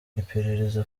iperereza